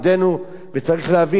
וצריך להבין, אין ברירה.